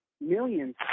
millions